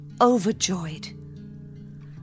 overjoyed